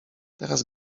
teraz